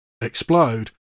explode